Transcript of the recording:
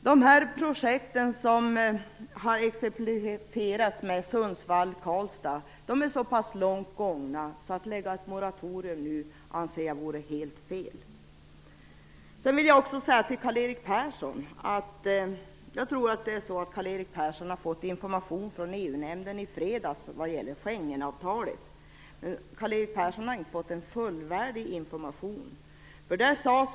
De projekt som har exemplifierats med Sundsvall och Karlstad är så pass långt gångna att ett moratorium vore helt fel. Sedan vill jag till Karl-Erik Persson säga att det är troligt att han har fått information från EU-nämnden i fredags angående Schengenavtalet. Men Karl-Erik Persson har tydligen inte fått en fullvärdig information.